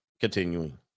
Continuing